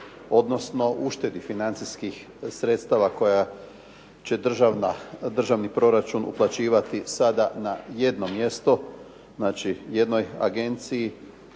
odnosno uštedi financijskih sredstava koja će državni proračun uplaćivati sada na jedno mjesto, znači jednoj agenciji